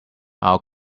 our